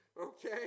Okay